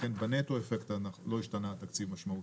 לכן בנטו לא השתנה התקציב משמעותית.